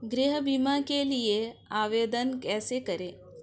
गृह बीमा के लिए आवेदन कैसे करें?